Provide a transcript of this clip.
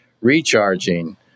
recharging